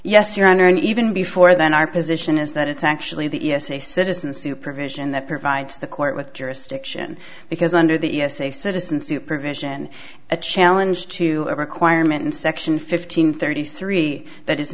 yes your honor and even before then our position is that it's actually the e s a citizen supervision that provides the court with jurisdiction because under the e s a citizen supervision a challenge to a requirement in section fifteen thirty three that is